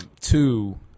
Two